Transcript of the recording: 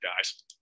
guys